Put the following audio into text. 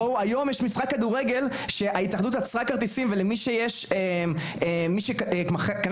בואו היום יש משחק כדורגל שההתאחדות עצרה כרטיסים ולמי שיש מי שקנה